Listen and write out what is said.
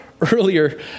earlier